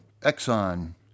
Exxon